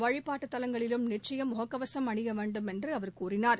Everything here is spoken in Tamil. வழிபாட்டு தலங்களிலும் நிச்சயம் முக கவசம் அணிய வேண்டுமென்று அவர் கூறினார்